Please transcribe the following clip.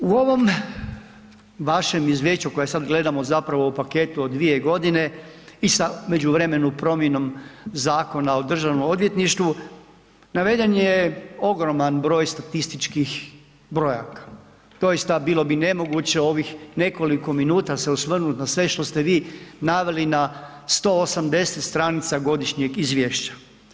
U ovom vašem izvješću kojeg sad gledamo zapravo u paketu od 2 godine i sa u međuvremenu promjenom Zakona o državnom odvjetništvu naveden je ogroman broj statističkih brojaka, doista bilo bi nemoguće u ovih nekoliko minuta se osvrnut na sve što ste vi naveli na 180 stranica godišnjeg izvješća.